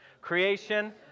Creation